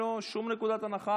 יוצא מנקודת הנחה